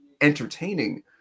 entertaining